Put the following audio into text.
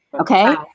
okay